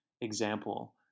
example